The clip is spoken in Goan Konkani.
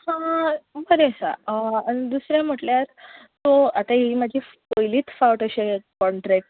आं बरों आसा आनी दुसरें म्हटल्यार आतां ही म्हजी पयलीच फावट अशें कॉंट्रेक्ट